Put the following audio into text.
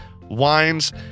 wines